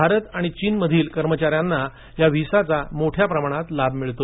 भारत आणि चीनमधील कर्मचाऱ्यांना या व्हिसाचा मोठ्या प्रमाणात लाभ मिळतो